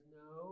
no